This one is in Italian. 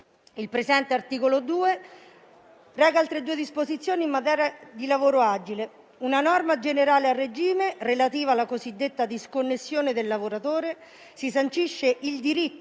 Il presente articolo 2 reca altre due disposizioni in materia di lavoro agile. Con una norma generale a regime, relativa alla cosiddetta disconnessione del lavoratore, si sancisce il diritto